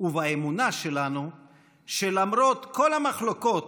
ובאמונה שלנו שלמרות כל המחלוקות,